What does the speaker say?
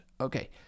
okay